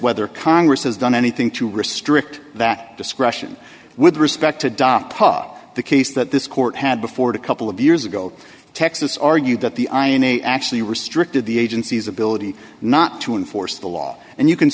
whether congress has done anything to restrict that discretion with respect to dapat the case that this court had before the couple of years ago texas argued that the i n a actually restricted the agency's ability not to enforce the law and you can